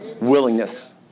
willingness